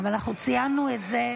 אבל אנחנו ציינו את זה.